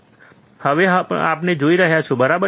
તો તમે હમણાં જોઈ શકો છો બરાબર